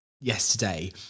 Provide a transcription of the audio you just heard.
yesterday